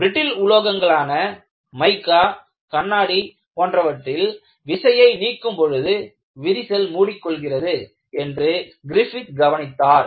brittle உலோகங்களான mica கண்ணாடி போன்றவற்றில் விசையை நீக்கும் பொழுது விரிசல் மூடிக்கொள்கிறது என்று கிரிஃபித் கவனித்தார்